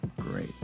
great